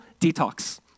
detox